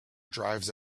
drives